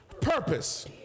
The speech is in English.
purpose